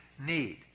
need